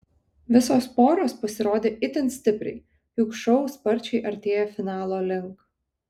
visos poros pasirodė itin stipriai juk šou sparčiai artėja finalo link